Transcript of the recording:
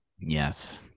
Yes